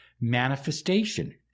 manifestation